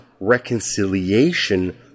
reconciliation